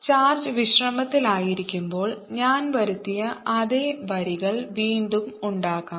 charge വിശ്രമത്തിലായിരിക്കുമ്പോൾ ഞാൻ വരുത്തിയ അതേ വരികൾ വീണ്ടും ഉണ്ടാക്കാം